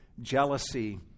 jealousy